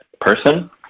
person